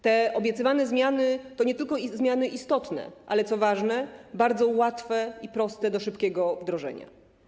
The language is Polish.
Te obiecywane zmiany to nie tylko zmiany istotne, ale co ważne, bardzo łatwe i proste do szybkiego wdrożenia.